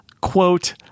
quote